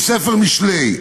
מספר משלי: